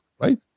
right